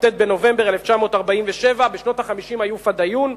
בכ"ט בנובמבר 1947. בשנות ה-50 היו "פדאיון",